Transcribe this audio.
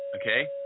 Okay